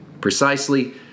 Precisely